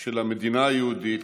של המדינה היהודית,